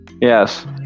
Yes